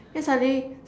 then suddenly